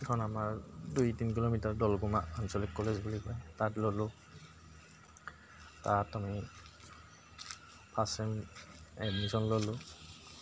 এখন আমাৰ দুই তিনি কিলোমিটাৰ দলকুমা আঞ্চলিক কলেজ বুলি কয় তাত ল'লোঁ তাত আমি ফাৰ্ষ্ট চেম এডমিশ্যন ল'লোঁ